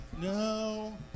No